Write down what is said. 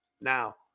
Now